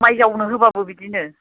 माय जावनो होबाबो बिदिनो